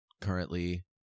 currently